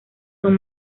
son